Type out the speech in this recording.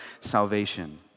salvation